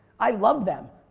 i love them.